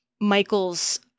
michael's